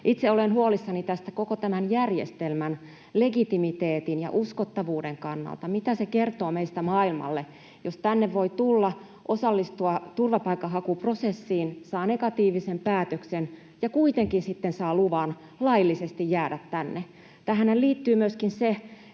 Itse olen huolissani tästä koko tämän järjestelmän legitimiteetin ja uskottavuuden kannalta. Mitä se kertoo meistä maailmalle, jos tänne voi tulla, osallistua turvapaikanhakuprosessiin, saa negatiivisen päätöksen ja kuitenkin sitten saa luvan laillisesti jäädä tänne? Tähänhän liittyy myöskin se,